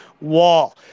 wall